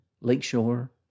Lakeshore